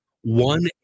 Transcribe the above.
one